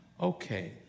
Okay